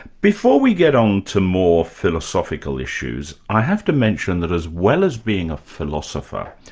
before we get on to more philosophical issues, i have to mention that as well as being a philosopher,